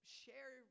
share